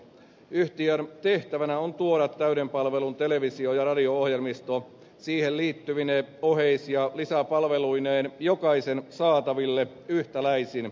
yhtiön tehtävänä on tuoda täyden palvelun televisio ja radio ohjelmisto siihen liittyvine oheis ja lisäpalveluineen jokaisen saataville yhtäläisin ehdoin